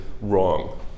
wrong